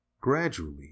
gradually